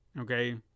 okay